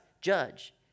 judge